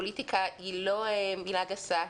פוליטיקה היא לא מלה גסה,